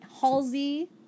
Halsey